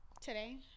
Today